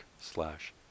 slash